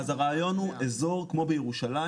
אז הרעיון הוא אזור כמו בירושלים,